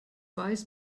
weiß